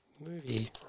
movie